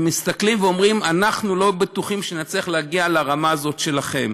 הם מסתכלים ואומרים: אנחנו לא בטוחים שנצליח להגיע לרמה הזאת שלכם.